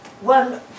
one